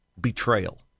betrayal